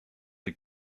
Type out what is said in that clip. des